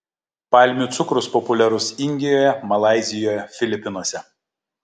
palmių cukrus populiarus indijoje malaizijoje filipinuose